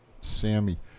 Sammy